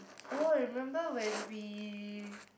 oh remember when we